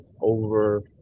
over